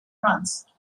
runs